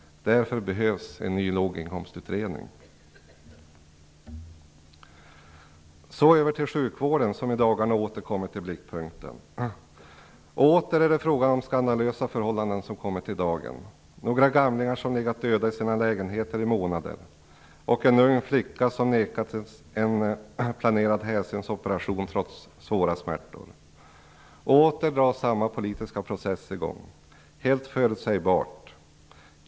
Därför behövs en ny låginkomstutredning. Så över till sjukvården, som i dagarna åter kommit i blickpunkten. Åter är det fråga om skandalösa förhållanden som kommit i dagen. Det är några gamlingar som legat döda i sina lägenheter i månader och en ung flicka som nekats en planerad hälsensoperation trots stora smärtor. Åter dras samma politiska process i gång. Det är helt förutsägbart.